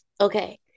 Okay